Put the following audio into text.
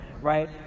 right